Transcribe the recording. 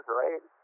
right